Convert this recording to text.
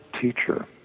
teacher